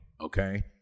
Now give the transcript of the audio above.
okay